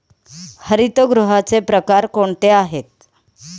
हरितगृहाचे प्रकार कोणते आहेत?